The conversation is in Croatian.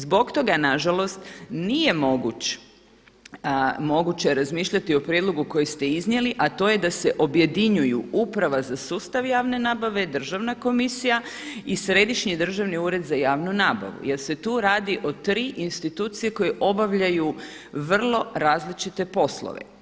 Zbog toga nažalost nije moguće razmišljati o prijedlogu koji ste iznijeli a to je da se objedinjuju uprava za sustav javne nabave, Državna komisija i Središnji državni ured za javnu nabavu jer se tu radi o tri institucije koje obavljaju vrlo različite poslove.